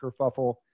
kerfuffle